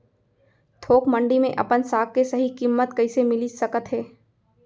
थोक मंडी में अपन साग के सही किम्मत कइसे मिलिस सकत हे?